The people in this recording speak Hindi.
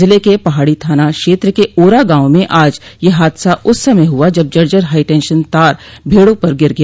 जिले के पहाड़ी थाना क्षेत्र के ओरा गांव में आज यह हादसा उस समय हुआ जब जर्जर हाईटेंशन तार भेड़ों पर गिर गया